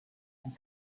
and